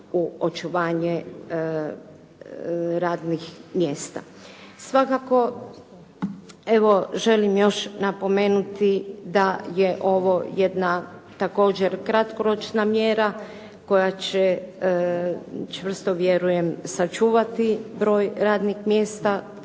u očuvanje radnih mjesta. Svakako evo želim još napomenuti da je ovo jedna također kratkoročna mjera koja će čvrsto vjerujem sačuvati broj radnih mjesta